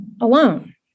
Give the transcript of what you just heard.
alone